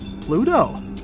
Pluto